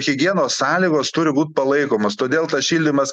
higienos sąlygos turi būt palaikomos todėl tas šildymas